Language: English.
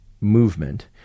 movement